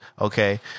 Okay